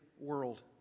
world